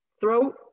throat